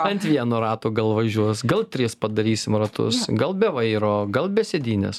ant vieno rato gal važiuos gal tris padarysim ratus gal be vairo gal be sėdynės